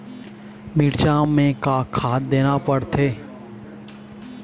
मिरचा मे का खाद देना पड़थे?